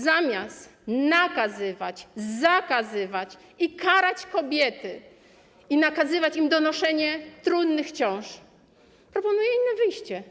Zamiast nakazywać, zakazywać, karać kobiety i nakazywać im donoszenie trudnych ciąż, proponuję inne wyjście.